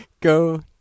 go